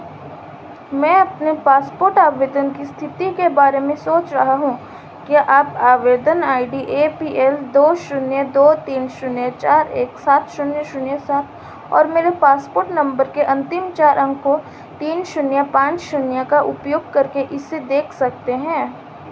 मैं अपने पासपोर्ट आवेदन की स्थिति के बारे में सोच रहा हूँ क्या आप आवेदन I D A P L दो शून्य दो तीन शून्य चार एक सात शून्य शून्य सात और मेरे पासपोर्ट नंबर के अंतिम चार अंकों तीन शून्य पाँच शून्य का उपयोग करके इसे देख सकते हैं